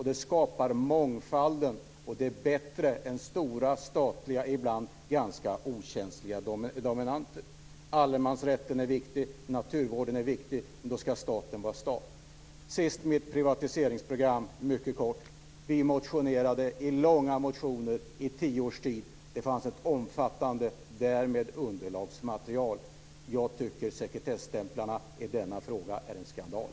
Det skapar mångfald, och det är bättre än stora statliga och ibland ganska okänsliga dominanter. Allemansrätten är viktig, naturvården är viktig, men då ska staten vara stat. Sist mycket kort om mitt privatiseringsprogram. Vi motionerade i långa motioner i tio års tid. Det fanns därmed ett omfattande underlagsmaterial. Jag tycker att sekretesstämplarna i denna fråga är en skandal.